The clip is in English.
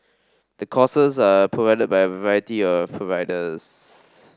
the courses are provided by variety of providers